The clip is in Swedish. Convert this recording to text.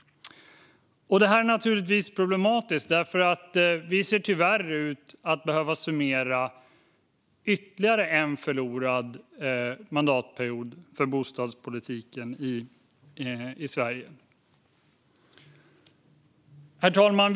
Detta är problematiskt då vi tyvärr ser ut att behöva summera ytterligare en förlorad mandatperiod för bostadspolitiken i Sverige. Herr talman!